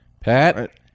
Pat